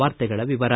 ವಾರ್ತೆಗಳ ವಿವರ